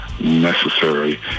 necessary